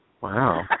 Wow